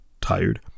tired